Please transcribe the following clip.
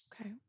okay